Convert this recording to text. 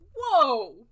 Whoa